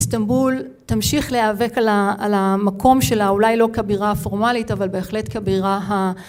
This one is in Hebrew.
איסטנבול תמשיך להיאבק על המקום שלה אולי לא כבירה הפורמלית אבל בהחלט כבירה